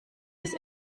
des